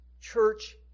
church